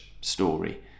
story